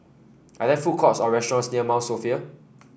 are there food courts or restaurants near Mount Sophia